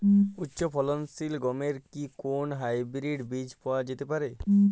উচ্চ ফলনশীল গমের কি কোন হাইব্রীড বীজ পাওয়া যেতে পারে?